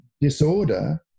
disorder